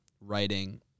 writing